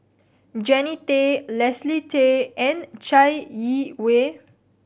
Jannie Tay Leslie Tay and Chai Yee Wei